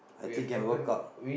I think can work out